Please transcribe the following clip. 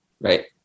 Right